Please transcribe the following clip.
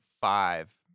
five